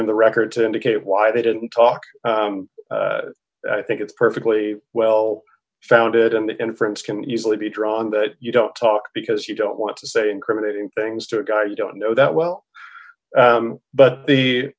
in the record to indicate why they didn't talk i think it's perfectly well founded and the inference can easily be drawn that you don't talk because you don't want to say incriminating things to a guy you don't know that well but the